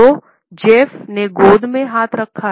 तो जेफ्फ ने गोद में हाथ रखा हैं